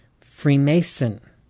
Freemason